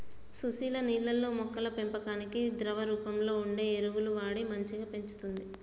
సుశీల నీళ్లల్లో మొక్కల పెంపకానికి ద్రవ రూపంలో వుండే ఎరువులు వాడి మంచిగ పెంచుతంది